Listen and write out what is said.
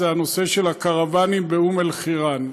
הנושא של הקרוונים באום אלחיראן.